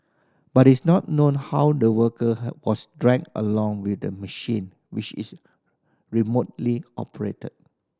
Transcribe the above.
but it's not known how the worker was dragged along with the machine which is remotely operated